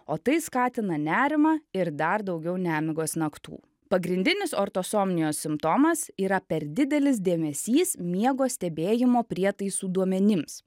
o tai skatina nerimą ir dar daugiau nemigos naktų pagrindinis ortosomnijos simptomas yra per didelis dėmesys miego stebėjimo prietaisų duomenims